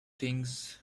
things